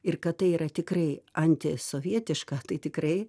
ir kad tai yra tikrai anti sovietiška tai tikrai